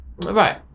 right